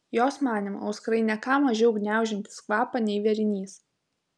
jos manymu auskarai ne ką mažiau gniaužiantys kvapą nei vėrinys